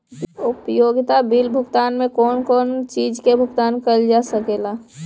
उपयोगिता बिल भुगतान में कौन कौन चीज के भुगतान कइल जा सके ला?